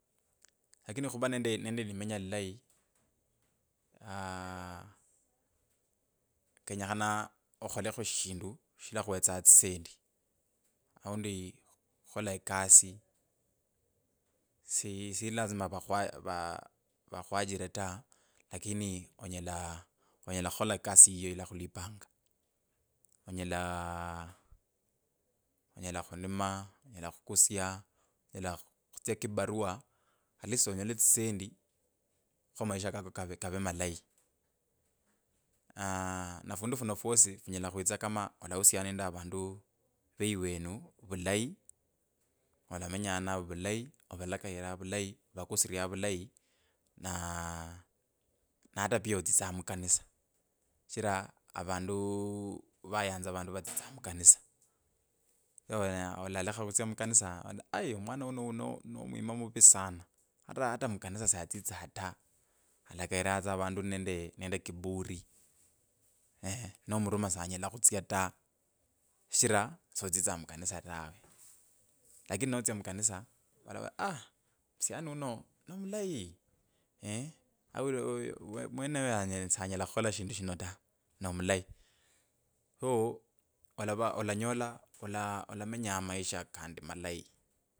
Lakini khuvaa nende nende limenya lilayi aaah kenyekhana okholekho shindu shilakwetsa tsisendi, aundi khu khukhola ekasi si sili lazima vakhua vakhuajire ta lakini onyela onyela khukhola ekasi yiyo ilakhupanga onyela onyela okhulima onyela khukusya onyela khutsya kibarua atlist onyole etsisendi khumaisha kako kave kave malayi, aaa na fundu funo fwosi funyala khwitsa kama olahusiana nende avandu vulayi damanya ninavo vulayi ovalakaira vulayi ovakusirya vulayi naa ata pia otsitsa mukanisa. Onyela olalekha khutsya mukanisa ola aiii mwana uno uno no mwima muvi sana ata mukanisa alatsitsa ta alakaira tsa vandu nende kiburi. eeeh nomuruma sanyela khutsya ta shichira sotsitsa mukanisa uno no mulayi au mweneyo sanyela khukhola shindu shino ta no mulayi so alava alanyola ola alamenya maisha kandi malayi.